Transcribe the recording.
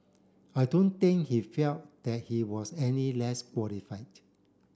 I don't think he felt that he was any less qualified